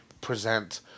present